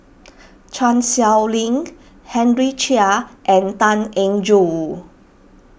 Chan Sow Lin Henry Chia and Tan Eng Joo